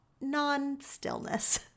non-stillness